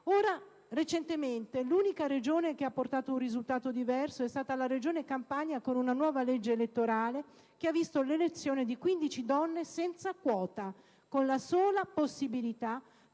farne nulla. L'unica Regione che ha portato un risultato diverso è stata la Campania che, con una nuova legge elettorale, ha visto l'elezione di 15 donne, senza quota, con la sola possibilità di